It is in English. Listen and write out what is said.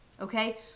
Okay